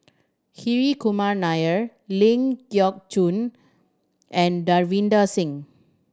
Hri Kumar Nair Ling Geok Choon and Davinder Singh